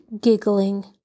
giggling